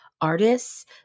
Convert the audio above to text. artists